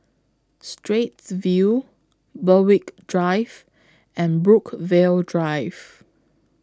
Straits View Berwick Drive and Brookvale Drive